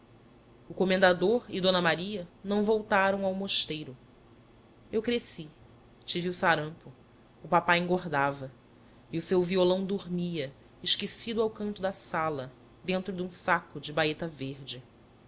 o comendador e d maria não voltaram ao mosteiro eu cresci tive o sarampo o papá engordava e o seu violão dormia esquecido ao canto da sala dentro de um saco de baeta verde